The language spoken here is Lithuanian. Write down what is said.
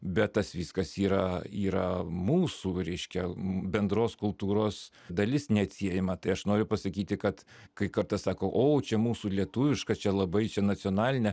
bet tas viskas yra yra mūsų reiškia bendros kultūros dalis neatsiejama tai aš noriu pasakyti kad kai kartą sako o čia mūsų lietuviška čia labai čia nacionalinė